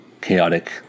chaotic